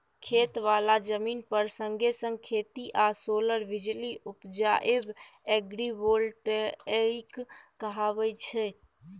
खेत बला जमीन पर संगे संग खेती आ सोलर बिजली उपजाएब एग्रीबोल्टेइक कहाय छै